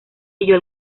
ello